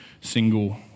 single